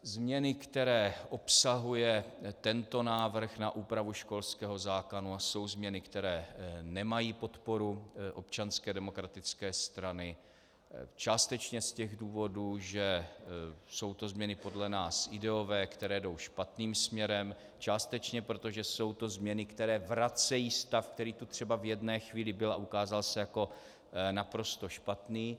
Změny, které obsahuje tento návrh na úpravu školského zákona, jsou změny, které nemají podporu Občanské demokratické strany částečně z těch důvodů, že jsou to změny podle nás ideové, které jdou špatným směrem, částečně proto, že jsou to změny, které vracejí stav, který tu třeba v jedné chvíli byl a ukázal se jako naprosto špatný.